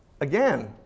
again